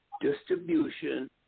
distribution